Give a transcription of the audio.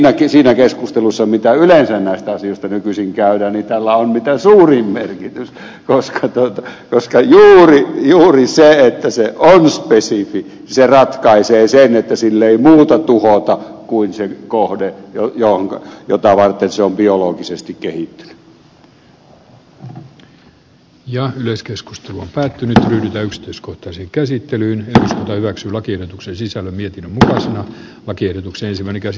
no siinä keskustelussa mitä yleensä näistä asioista nykyisin käydään tällä on mitä suurin merkitys koska juuri se että se on spesifi ratkaisee sen että sillä ei muuta tuhota kuin se kohde mitä varten se on päättynyt ja yksityiskohtaiseen käsittelyyn ja hyväksyi lakiehdotuksen sisällön ja taso oikeutuksensa biologisesti kehittynyt